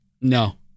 No